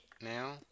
now